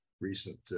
recent